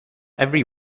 every